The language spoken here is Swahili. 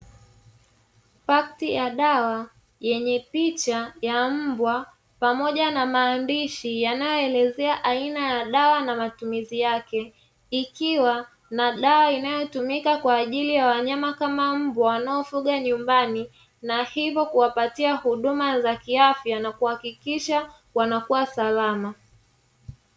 Pakiti ya dawa yenye picha ya mbwa pamoja na maandishi yanayoelezea aina ya dawa na matumizi yake, ikiwa na dawa inayotumika kwa ajili ya wanyama kama mbwa wanaofugwa nyumbani na hivyo kuwapatia huduma za kiafya na kuhakikisha wanakuwa salama.